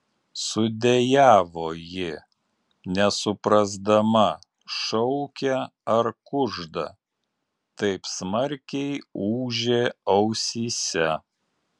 sudejavo ji nesuprasdama šaukia ar kužda taip smarkiai ūžė ausyse